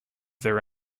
their